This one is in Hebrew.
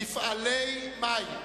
מפעלי מים.